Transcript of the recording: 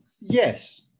Yes